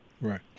right